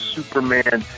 Superman